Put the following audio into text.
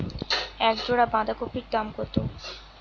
এক জোড়া বাঁধাকপির দাম কত?